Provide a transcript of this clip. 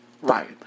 Right